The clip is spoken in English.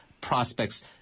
prospects